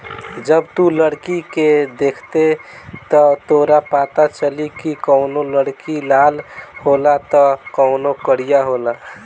जब तू लकड़ी के देखबे त तोरा पाता चली की कवनो लकड़ी लाल होला त कवनो करिया होला